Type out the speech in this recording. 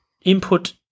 Input